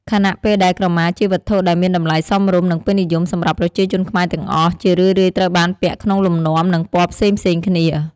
ខណៈពេលដែលក្រមាជាវត្ថុដែលមានតម្លៃសមរម្យ និងពេញនិយមសម្រាប់ប្រជាជនខ្មែរទាំងអស់ ជារឿយៗត្រូវបានពាក់ក្នុងលំនាំ និងពណ៌ផ្សេងៗគ្នា។